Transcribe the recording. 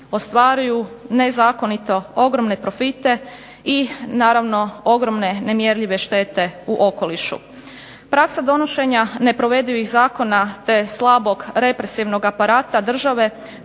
ostvaruju nezakonito ogromne profite i ogromne nemjerljive štete u okolišu. Praksa donošenja neprovedivih zakona te slabog represivnog aparata države